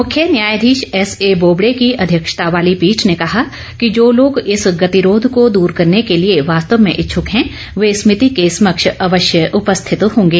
मुख्य न्यायाधीश एसए बोबडे की अध्यक्षता वाली पीठ ने कहा कि जो लोग इस गतिरोध को दूर करने के लिए वॉस्तव में इच्छुक हैं वे समिति के समक्ष अवश्य उपस्थित होंगे